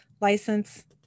License